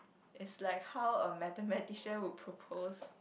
is like how a mathematician would propose